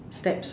steps